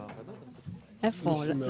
איפה?